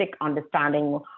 understanding